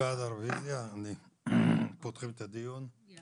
אנחנו דנים